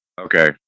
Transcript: Okay